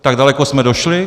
Tak daleko jsme došli?